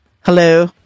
Hello